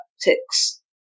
tactics